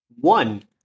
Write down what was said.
One